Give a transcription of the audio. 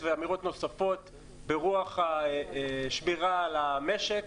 ואמירות נוספות ברוח השמירה על המשק.